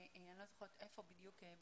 אני לא זוכרת היכן בדיוק,